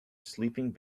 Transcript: sleeping